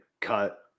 cut